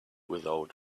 without